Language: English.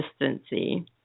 consistency